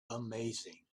amazing